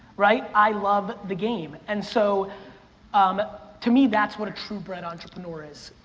right? i love the game, and so um to me that's what a true-bred entrepreneur is.